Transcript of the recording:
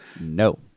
No